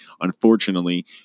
Unfortunately